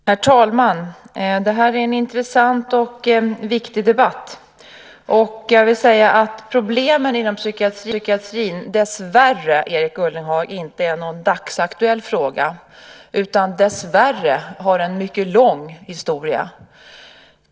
Herr talman! Det här är en intressant och viktig debatt. Problemen inom psykiatrin, Erik Ullenhag, är dessvärre inte någon dagsaktuell fråga utan har dessvärre en mycket lång historia.